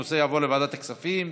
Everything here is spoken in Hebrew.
הנושא יעבור לוועדת הכספים.